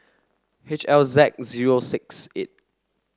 H L Z zero six eight